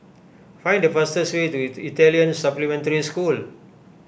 find the fastest way to Italian Supplementary School